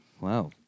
Wow